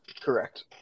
Correct